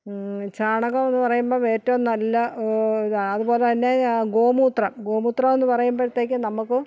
ചാണകമെന്ന് പറയുമ്പം ഏറ്റവും നല്ല ഇതാ അതുപോലെതന്നെ ആ ഗോമൂത്രം ഗോമൂത്രമെന്ന് പറയുമ്പത്തേക്ക് നമുക്ക്